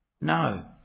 No